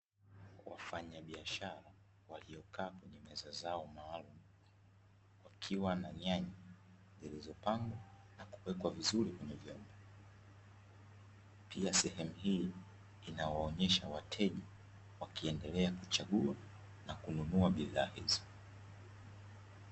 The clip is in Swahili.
Wafanya biashara waliokaa kwenye meza maalumu wakiwa na nyanya zilizopangwa na kuwekwa vizuri kwenye vyombo pia sehemu hii inawaonyesha wateja wakiendelea kuchagua na kununua bidhaa hizo.